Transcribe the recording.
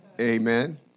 Amen